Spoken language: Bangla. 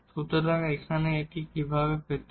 সুতরাং এখানে এটি আসলে কিভাবে পেতে হয়